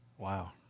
Wow